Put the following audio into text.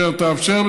אשר תאפשר,